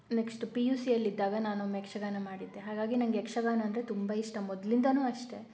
next P U ಸಿಯಲ್ಲಿದ್ದಾಗ ನಾನೊಮ್ಮೆ ಯಕ್ಷಗಾನ ಮಾಡಿದ್ದೆ ಹಾಗಾಗಿ ನನಗೆ ಯಕ್ಷಗಾನ ಅಂದರೆ ತುಂಬ ಇಷ್ಟ ಮೊದಲಿಂದಾನೂ ಅಷ್ಟೆ